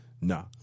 nah